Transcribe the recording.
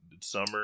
Summer